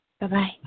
bye-bye